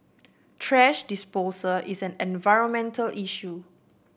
thrash disposal is an environmental issue